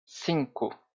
cinco